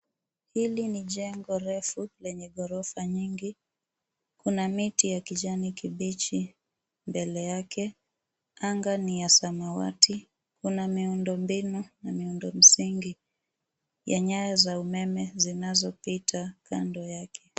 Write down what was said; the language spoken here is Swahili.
Hili ni jengo refu lenye ghorofa nyingi. Kuna miti ya kijani kibichi mbele yake. Anga ni ya samawati. Kuna miundombinu na miundo msingi ya nyaya za umeme zinazopita kando yake.